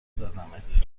زدمت